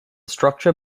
structure